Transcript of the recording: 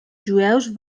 jueus